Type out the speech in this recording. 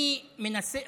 אני מנסה,